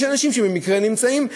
ויש אנשים שמקרה נמצאים.